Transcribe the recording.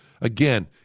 Again